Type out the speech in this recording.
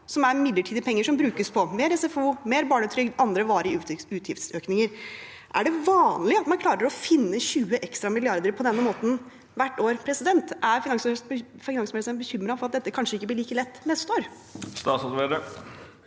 som er midlertidige penger som brukes på mer SFO, mer barnetrygd, andre varige utgiftsøkninger. Er det vanlig at man klarer å finne 20 ekstra milliarder på denne måten hvert år? Er finansministeren bekymret for at dette kanskje ikke blir like lett neste år? Statsråd